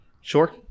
sure